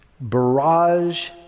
barrage